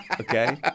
Okay